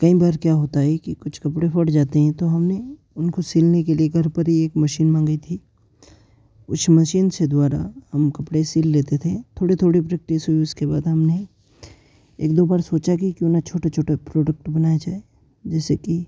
कई बार क्या होता है की कुछ कपड़े फट जाते हैं तो हमने उनको सिलने के लेकर घर पर ही एक मशीन मंगाई थी उस मशीन से द्वारा हम कपड़े सिल लेते थे थोड़े थोड़े प्रैक्टिस हुए उसके बाद हमने एक दो बार सोचा की क्यों न छोटे छोटे प्रोडक्ट बनाया जाए जैसे कि